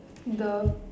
the